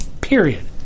period